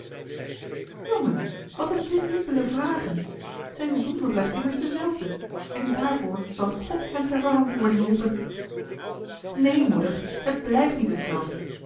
jongen wat een pénibele vragen zijn zonde blijft immers dezelfde en daarvoor zal god hem ter verantwoording roepen nee moeder het blijft niet hetzelfde